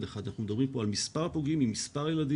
אחד אלא אנחנו מדברים כאן על מספר פוגעים עם מספר ילדים,